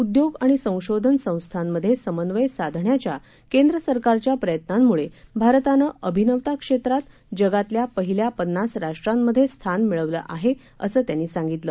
उद्योग आणि संशोधनसंस्थांमध्ये समन्वय साधण्याच्या केंद्र सरकारच्या प्रयत्नांमुळे भारतानं अभिनवता क्षेत्रात जगातल्या पहिल्या पन्नास राष्ट्रांमध्ये स्थान मिळवलं आहे असं त्यांनी सांगितलं